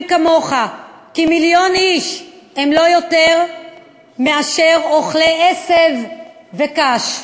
כמוך כי מיליון איש הם לא יותר מאשר אוכלי עשב וקש?